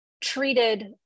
treated